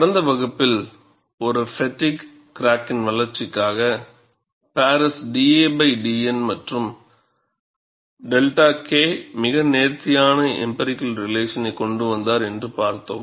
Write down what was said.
கடந்த வகுப்பில் ஒரு ஃப்பெட்டிக் கிராக்கின் வளர்ச்சிக்காக பாரிஸ் dadN மற்றும் δ K மிக நேர்த்தியான எம்பிரிக்கல் ரிலேஷனை கொண்டு வந்தார் என்று பார்த்தோம்